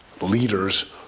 leaders